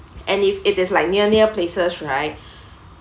and if it is like near near places right